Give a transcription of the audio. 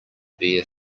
bare